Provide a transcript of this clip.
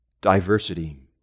diversity